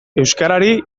euskarari